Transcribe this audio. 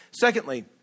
Secondly